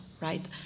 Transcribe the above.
right